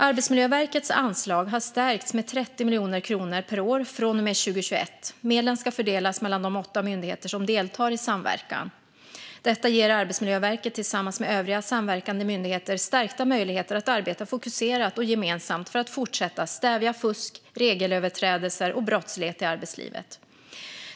Arbetsmiljöverkets anslag har stärkts med 30 miljoner kronor per år från och med 2021. Medlen ska fördelas mellan de åtta myndigheter som deltar i samverkan. Detta ger Arbetsmiljöverket tillsammans med övriga samverkande myndigheter stärkta möjligheter att arbeta fokuserat och gemensamt för att fortsätta stävja fusk, regelöverträdelser och brottslighet i arbetslivet.